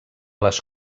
les